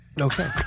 Okay